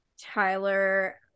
Tyler